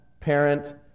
parent